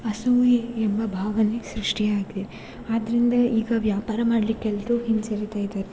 ಅಸೂಯೆ ಎಂಬ ಭಾವನೆ ಸೃಷ್ಟಿಯಾಗಿದೆ ಆದ್ದರಿಂದ ಈಗ ವ್ಯಾಪಾರ ಮಾಡ್ಲಿಕ್ಕೆ ಎಲ್ಲರೂ ಹಿಂಜರಿತಾ ಇದ್ದಾರೆ